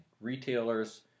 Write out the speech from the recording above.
retailers